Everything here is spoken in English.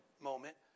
moment